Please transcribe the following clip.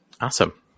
Awesome